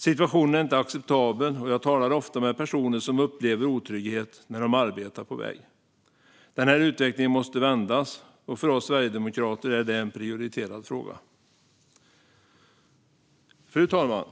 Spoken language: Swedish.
Situationen är inte acceptabel, och jag talar ofta med personer som upplever otrygghet när de arbetar på väg. Den här utvecklingen måste vändas, och för oss sverigedemokrater är det en prioriterad fråga. Fru talman!